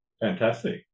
Fantastic